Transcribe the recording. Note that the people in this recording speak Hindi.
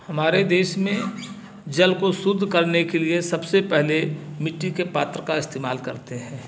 हमारे देश में जल को शुद्ध करने के लिए सबसे पहले मिट्टी के पात्र का इस्तेमाल करते हैं